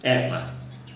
application ah